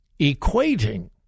equating